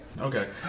Okay